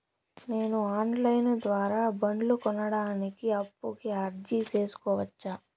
నేను online ద్వారా బండ్లు కొనడానికి అప్పుకి అర్జీ సేసుకోవచ్చా?